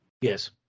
Yes